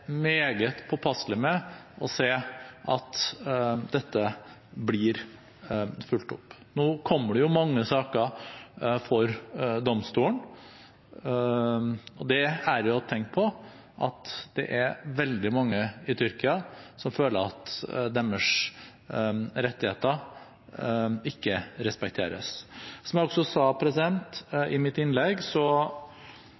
meget påpasselige med at dette blir fulgt opp. Nå kommer det mange saker for domstolen, og det er jo et tegn på at det er veldig mange i Tyrkia som føler at deres rettigheter ikke respekteres. Som jeg også sa